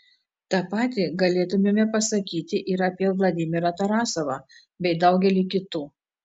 tą patį galėtumėme pasakyti ir apie vladimirą tarasovą bei daugelį kitų